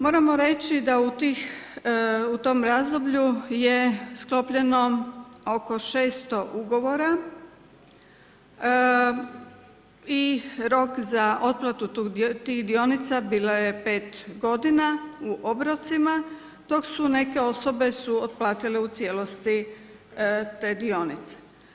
Moramo reći da u tom razdoblju je sklopljeno oko 600 ugovora i rok za otplatu tih dionica bilo je 5 godina u obrocima, dok su neke osobe otplatile u cijelosti te dionice.